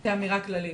זו אמירה כללית.